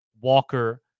Walker